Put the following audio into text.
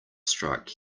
strike